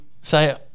say